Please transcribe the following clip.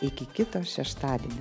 iki kito šeštadienio